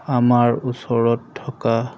আমাৰ ওচৰত থকা